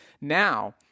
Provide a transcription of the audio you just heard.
Now